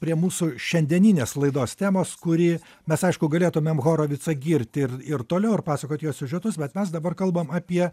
prie mūsų šiandieninės laidos temos kuri mes aišku galėtumėm horovicą girti ir ir toliau ir pasakot jo siužetus bet mes dabar kalbam apie